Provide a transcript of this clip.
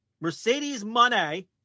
Mercedes-Money